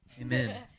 amen